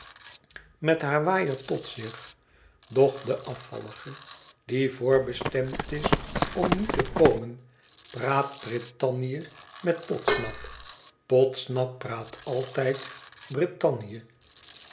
met haar waaier tot zich doch de afvalb'ge die voorbestemd is om niet te komen praat brittannië met podsnap podsnap praat altijd brittannië